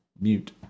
mute